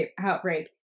outbreak